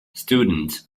students